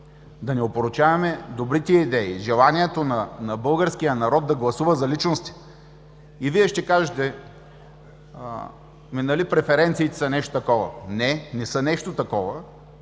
да не опорочаваме добрите идеи, желанието на българския народ да гласува за личности. И Вие ще кажете: ами, нали преференциите са нещо такова. Не, не са нещо такова,